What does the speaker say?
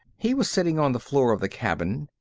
he was sitting on the floor of the cabin,